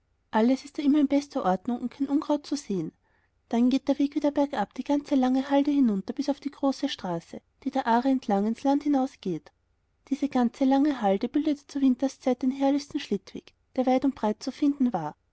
alles ist da immer in bester ordnung und kein unkraut zu sehen dann geht der weg wieder bergab die ganze lange halde hinunter bis auf die große straße die der aare entlang geht ins land hinaus diese ganze lange halde bildete zur winterszeit den herrlichsten schlittweg der weit und breit zu finden war